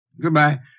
Goodbye